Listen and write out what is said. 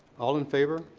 all in favor?